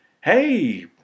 Hey